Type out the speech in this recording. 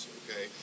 okay